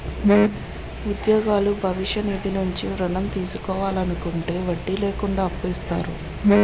ఉద్యోగులు భవిష్య నిధి నుంచి ఋణం తీసుకోవాలనుకుంటే వడ్డీ లేకుండా అప్పు ఇస్తారు